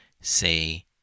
say